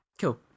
Cool